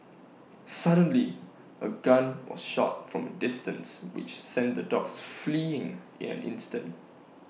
suddenly A gun was shot from distance which sent the dogs fleeing in an instant